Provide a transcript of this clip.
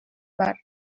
бар